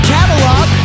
Catalog